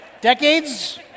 Decades